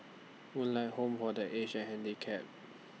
Moonlight Home For The Aged and Handicapped